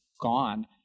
gone